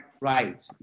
right